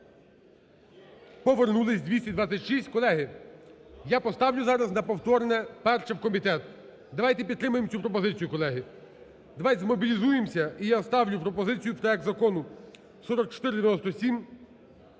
Повернулися, 226. Колеги, я поставлю зараз на повторне перше в комітет. Давайте підтримаємо цю пропозицію, колеги, давайте змобілізуємося. І я ставлю пропозицію, проект Закону 4497